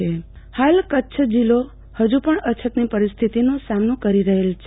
આરતીબેન ભદ્દ વરસાદ હાલ કચ્છ જિલ્લો હજુ પણ અછતની પરિસ્થિતનો સામનો કરી રહેલ છે